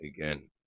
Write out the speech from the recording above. again